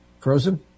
Frozen